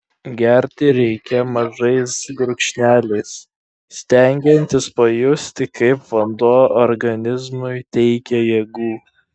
gerti reikia mažais gurkšneliais stengiantis pajusti kaip vanduo organizmui teikia jėgų